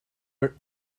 were